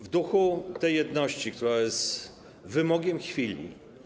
W duchu tej jedności, która jest wymogiem chwili.